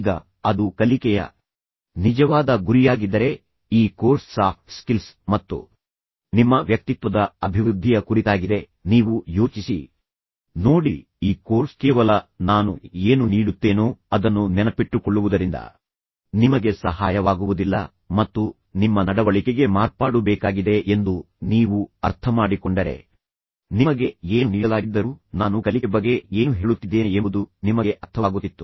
ಈಗ ಅದು ಕಲಿಕೆಯ ನಿಜವಾದ ಗುರಿಯಾಗಿದ್ದರೆ ಈ ಕೋರ್ಸ್ ಸಾಫ್ಟ್ ಸ್ಕಿಲ್ಸ್ ಮತ್ತು ನಿಮ್ಮ ವ್ಯಕ್ತಿತ್ವದ ಅಭಿವೃದ್ಧಿಯ ಕುರಿತಾಗಿದೆ ನೀವು ಯೋಚಿಸಿನೋಡಿ ಈ ಕೋರ್ಸ್ ಕೇವಲ ನಾನು ಏನು ನೀಡುತ್ತೇನೋ ಅದನ್ನು ನೆನಪಿಟ್ಟುಕೊಳ್ಳುವುದರಿಂದ ನಿಮಗೆ ಸಹಾಯವಾಗುವುದಿಲ್ಲ ಮತ್ತು ನಿಮ್ಮ ನಡವಳಿಕೆಗೆ ಮಾರ್ಪಾಡು ಬೇಕಾಗಿದೆ ಎಂದು ನೀವು ಅರ್ಥಮಾಡಿಕೊಂಡರೆ ನಿಮಗೆ ಏನು ನೀಡಲಾಗಿದ್ದರೂ ನಾನು ಕಲಿಕೆ ಬಗ್ಗೆ ಏನು ಹೇಳುತ್ತಿದ್ದೇನೆ ಎಂಬುದು ನಿಮಗೆ ಅರ್ಥವಾಗುತ್ತಿತ್ತು